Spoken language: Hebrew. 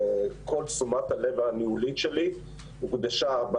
כל תשומת הלב הניהולית שלי הוקדשה לכך.